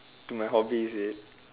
to my hobby is it